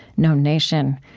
no nation.